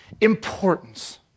importance